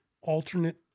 alternate